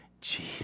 Jesus